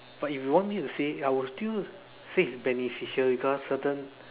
but if you want me to say I will still say it is beneficial because certain